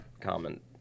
comment –